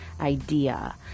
idea